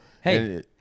Hey